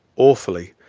awfully,